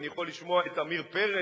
אני יכול לשמוע את עמיר פרץ,